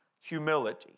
humility